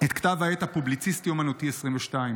את כתב העת הפובליציסטי-אומנותי "22",